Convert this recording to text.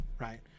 right